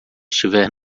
estiver